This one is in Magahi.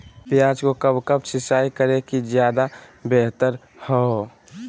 प्याज को कब कब सिंचाई करे कि ज्यादा व्यहतर हहो?